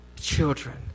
children